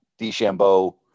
DeChambeau